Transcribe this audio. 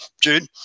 Jude